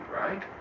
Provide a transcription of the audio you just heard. right